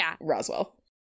Roswell